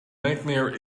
nightmare